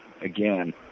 again